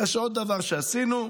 יש עוד דבר שעשינו,